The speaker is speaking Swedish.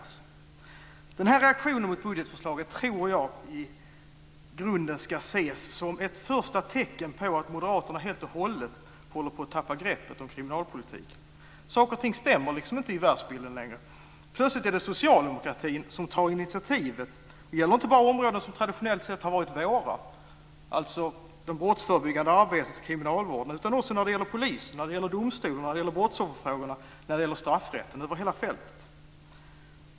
Jag tror att den här reaktionen mot budgetförslaget i grunden ska ses som ett första tecken på att moderaterna helt och hållet håller på att tappa greppet om kriminalpolitiken. Saker och ting stämmer liksom inte i världsbilden längre. Plötsligt är det socialdemokratin som tar initiativet. Det gäller inte bara områden som traditionellt sett har varit våra, dvs. det brottsförebyggande arbetet och kriminalvården. Det gäller också polisen, domstolarna, brottsofferfrågorna och straffrätten - över hela fältet.